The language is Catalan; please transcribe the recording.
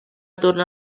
tornar